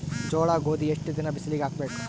ಜೋಳ ಗೋಧಿ ಎಷ್ಟ ದಿನ ಬಿಸಿಲಿಗೆ ಹಾಕ್ಬೇಕು?